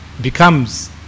becomes